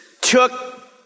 took